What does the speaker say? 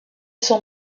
son